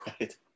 Right